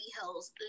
Hills